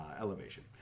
elevation